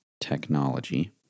technology